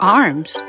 arms